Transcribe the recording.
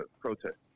protest